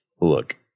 look